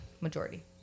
majority